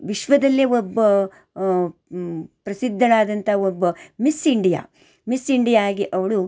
ವಿಶ್ವದಲ್ಲೇ ಒಬ್ಬ ಪ್ರಸಿದ್ಧಳಾದಂಥ ಒಬ್ಬ ಮಿಸ್ ಇಂಡಿಯಾ ಮಿಸ್ ಇಂಡಿಯಾ ಆಗಿ ಅವಳು